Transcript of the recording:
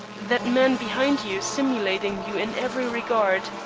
that man behind you, simulating you in every regard,